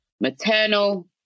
maternal